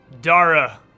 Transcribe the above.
Dara